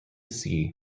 sea